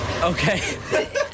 Okay